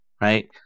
right